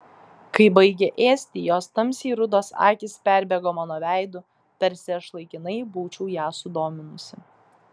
kai baigė ėsti jos tamsiai rudos akys perbėgo mano veidu tarsi aš laikinai būčiau ją sudominusi